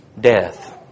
Death